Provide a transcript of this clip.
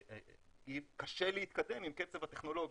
וקשה להתקדם עם קצב הטכנולוגיה.